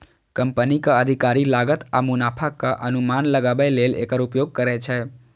कंपनीक अधिकारी लागत आ मुनाफाक अनुमान लगाबै लेल एकर उपयोग करै छै